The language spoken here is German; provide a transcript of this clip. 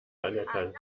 anerkannt